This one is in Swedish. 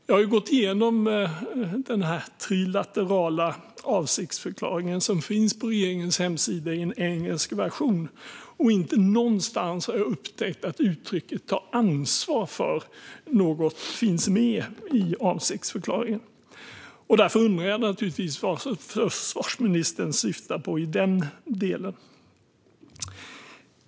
Jag har gått igenom den trilaterala avsiktsförklaringen, som finns på regeringens hemsida i en engelsk version, och jag har inte upptäckt att uttrycket "ta ansvar för något" finns med någonstans i avsiktsförklaringen. Därför undrar jag naturligtvis vad försvarsministern syftar på i den delen.